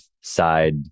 side